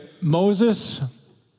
Moses